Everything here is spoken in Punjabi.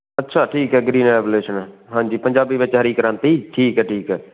ਅੱਛਾ ਠੀਕ ਹੈ ਗਰੀਨ ਐਬੁਲੇਸ਼ਨ ਹਾਂਜੀ ਪੰਜਾਬੀ ਵਿੱਚ ਹਰੀ ਕ੍ਰਾਂਤੀ ਠੀਕ ਹੈ ਠੀਕ ਹੈ